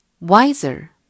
Wiser